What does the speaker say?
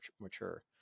mature